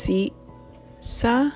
Sisa